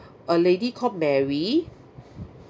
a lady called mary